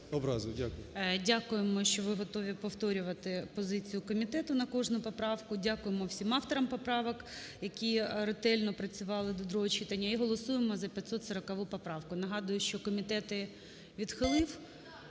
Дякуємо, що ви готові повторювати позицію комітету на кожну поправку. Дякуємо всім авторам поправок, які ретельно працювали до другого читання, і голосуємо за 540 поправку. Нагадую, що комітет її відхилив,